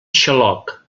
xaloc